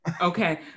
Okay